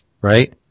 Right